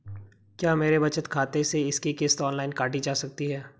क्या मेरे बचत खाते से इसकी किश्त ऑनलाइन काटी जा सकती है?